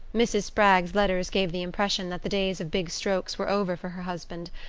mrs. spragg's letters gave the impression that the days of big strokes were over for her husband,